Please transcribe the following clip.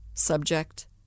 subject